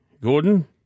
Gordon